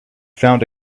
found